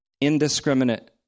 indiscriminate